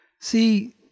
See